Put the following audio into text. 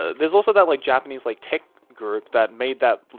there's also that like japanese, like tech group that made that,